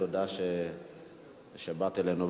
תודה שבאת אלינו.